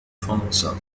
فرنسا